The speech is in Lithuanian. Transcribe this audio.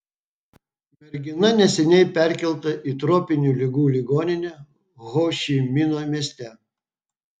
mergina neseniai perkelta į tropinių ligų ligoninę ho ši mino mieste